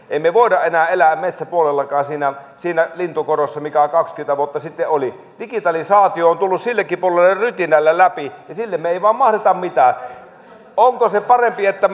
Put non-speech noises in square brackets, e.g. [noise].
emme me voi enää elää metsäpuolellakaan siinä siinä lintukodossa mikä kaksikymmentä vuotta sitten oli digitalisaatio on tullut sillekin puolelle rytinällä läpi ja sille me emme vain mahda mitään onko se parempi että [unintelligible]